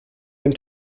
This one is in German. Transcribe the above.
dem